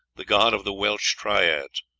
the god of the welsh triads,